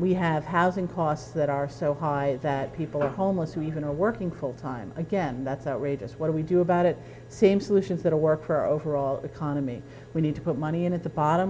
we have housing costs that are so high that people are homeless and even are working full time again that's outrageous what do we do about it same solutions that work for our overall economy we need to put money in at the bottom